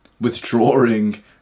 withdrawing